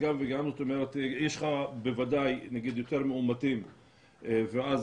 יש לך בוודאי נגיד יותר מאומתים ואז